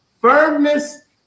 firmness